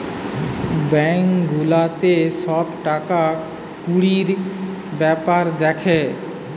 bank গুলাতে সব টাকা কুড়ির বেপার দ্যাখে